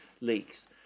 leaks